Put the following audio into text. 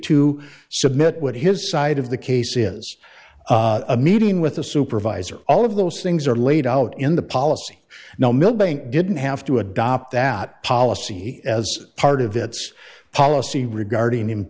to submit what his side of the case is a meeting with a supervisor all of those things are laid out in the policy now millbank didn't have to adopt that policy as part of its policy regarding